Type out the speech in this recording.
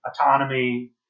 autonomy